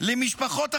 למשפחות החטופים,